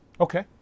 okay